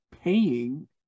paying